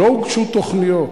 לא הוגשו תוכניות,